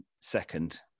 second